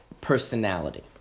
personality